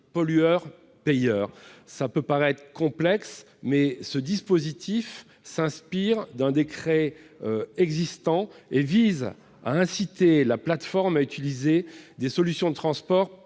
pollueur-payeur ». Ce dispositif peut paraître complexe, mais il s'inspire d'un décret existant et vise à inciter la plateforme à utiliser des solutions de transport